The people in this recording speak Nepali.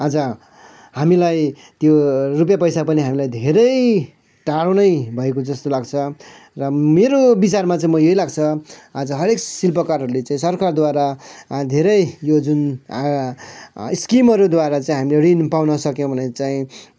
आज हामीलाई त्यो रुपियाँ पैसा पनि हामीलाई धेरै टाडो नै भएको जस्तो लाग्छ र मेरो विचारमा चाहिँ म यही लाग्छ आज हरेक शिल्पकारहरूले चाहिँ सरकारद्वारा धेरै यो जुन स्किमहरूद्वारा चाहिँ हामीले ऋण पाउन सक्यो भने चाहिँ